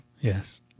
Yes